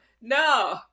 No